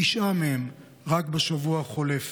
תשעה מהם רק בשבוע החולף.